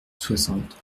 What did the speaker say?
soixante